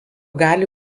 gali